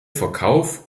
verkauf